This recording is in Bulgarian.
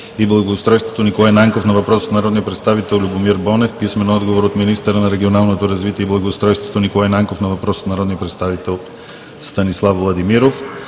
и благоустройството Николай Нанков на въпрос от народния представител Любомир Бонев. - министъра на регионалното развитие и благоустройството Николай Нанков на въпрос от народния представител Станислав Владимиров.